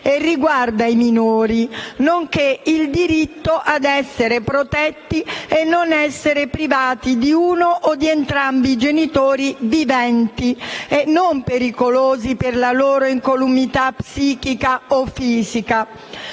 infatti i minori, nonché il loro diritto ad essere protetti e non essere privati di uno o di entrambi i genitori viventi e non pericolosi per la loro incolumità psichica o fisica.